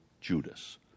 Judas